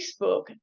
Facebook